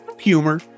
humor